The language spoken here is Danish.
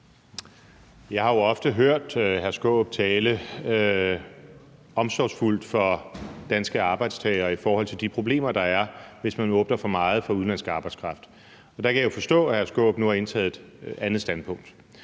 Jeg har jo ofte hørt hr. Peter Skaarup tale omsorgsfuldt om danske arbejdstagere i forhold til de problemer, der er, hvis man åbner for meget for udenlandsk arbejdskraft. Der kan jeg forstå, at hr. Peter Skaarup nu har indtaget et andet standpunkt.